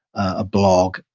a blog,